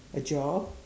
the job